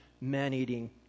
man-eating